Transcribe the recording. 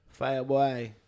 Fireboy